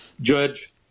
judge